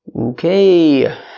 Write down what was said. Okay